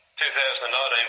2019